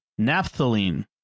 naphthalene